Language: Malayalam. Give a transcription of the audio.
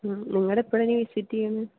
നിങ്ങൾ എപ്പോഴാണ് ഇനി വിസിറ്റ് ചെയ്യുന്നത്